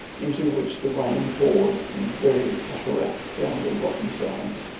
into which the rain poured in very cataracts down the rocky sides.